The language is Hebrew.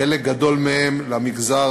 חלק גדול מהן למגזר